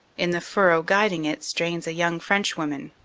in the furrow guiding it strains a young frenchwoman,